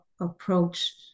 approach